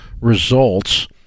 results